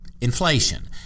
inflation